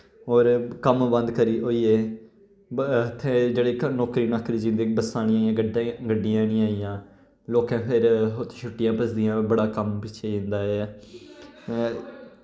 और कम्म बंद करी होई गे इत्थें जेह्ड़े नौकरी नाकरी जिंदी बस्सां निं गड्ड गड्डियां निं ऐ हियां लोकैं फिर छुट्टिया बड़ा कम्म पिच्छे जंदा ऐ